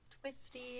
twisty